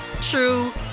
true